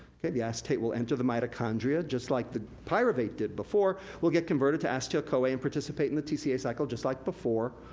the acetate will enter the mitochondria, just like the pyruvate did before. will get converted to acetyl-coa and participate in the tca cycle, just like before,